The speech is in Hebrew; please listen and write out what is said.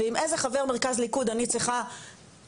ועם איזה חבר מרכז ליכוד אני צריכה לדבר